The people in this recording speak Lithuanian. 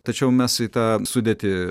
tačiau mes į tą sudėtį